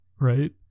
Right